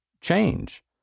change